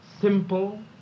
simple